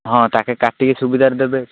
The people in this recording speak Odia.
ହଁ ତାଙ୍କେ କାଟିକି ସୁବିଧାରେ ଦେବେ